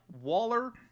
Waller